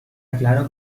claro